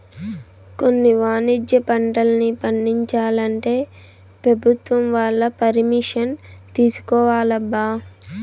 కొన్ని వాణిజ్య పంటల్ని పండించాలంటే పెభుత్వం వాళ్ళ పరిమిషన్ తీసుకోవాలబ్బా